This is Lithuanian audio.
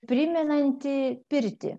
primenantį pirtį